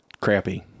crappy